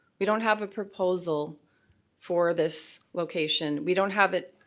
we don't have a proposal for this location. we don't have it,